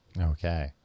Okay